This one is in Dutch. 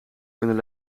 kunnen